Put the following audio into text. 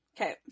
Okay